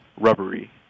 rubbery